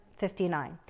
59